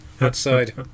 outside